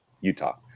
Utah